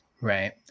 Right